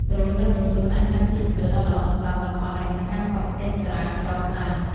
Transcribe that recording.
ដ្រូនដឹកជញ្ជូន អាចក្លាយជាជម្រើសដ៏ល្អសម្រាប់តំបន់ដែលមានការកកស្ទះចរាចរណ៍ខ្លាំង។